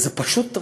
וזה פשוט,